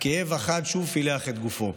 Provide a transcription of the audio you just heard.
הכאב החד שוב פילח את גופו.